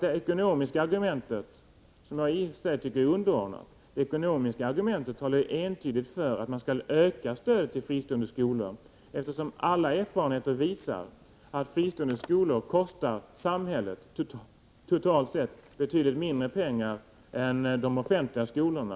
Det ekonomiska argumentet — som jag i och för sig tycker är underordnat — talar ju entydigt för att man skall öka stödet till fristående skolor, eftersom alla erfarenheter visar att dessa kostar samhället totalt sett betydligt mindre pengar än de offentliga skolorna.